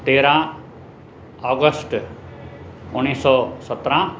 तेरहं ऑगस्ट उणिवीह सौ सत्रहं